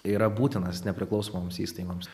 yra būtinas nepriklausomoms įstaigoms